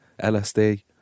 LSD